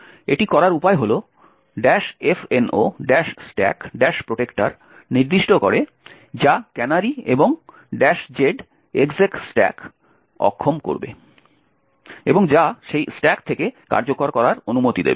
এটি করার উপায় হল fno stack protector নির্দিষ্ট করে যা ক্যানারি এবং z execstack অক্ষম করবে এবং যা সেই স্ট্যাক থেকে কার্যকর করার অনুমতি দেবে